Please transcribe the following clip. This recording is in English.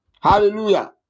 Hallelujah